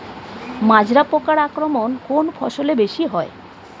মাজরা পোকার আক্রমণ কোন ফসলে বেশি হয়?